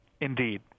Indeed